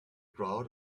crowd